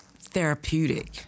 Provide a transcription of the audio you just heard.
therapeutic